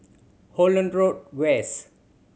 Holland Road West